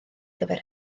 gyfer